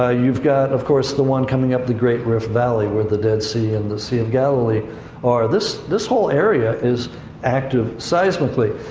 ah you've got, of course, the one coming up the great rift valley, where the dead sea and the sea of galilee are. this, this whole area is active seismically.